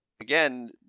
again